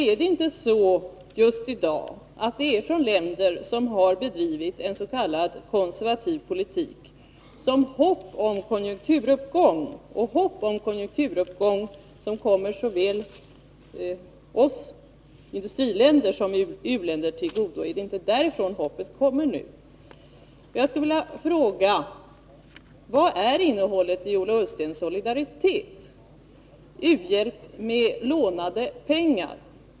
Är det inte så att dei är från länder som har bedrivit en s.k. konservativ politik som hoppet nu kommer om en konjunkturuppgång, som kommer såväl i-länder som u-länder till godo? Jag skulle vilja fråga: Vad är innehållet i Ola Ullstens solidaritet — u-hjälp med lånade pengar?